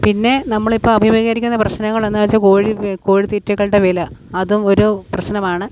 പിന്നെ നമ്മൾ ഇപ്പോൾ അഭിമുഖീകരിക്കുന്ന പ്രശ്നങ്ങൾ എന്ന് വെച്ചാൽ കോഴി കോഴി തീറ്റകളുടെ വില അതും ഒരു പ്രശ്നമാണ്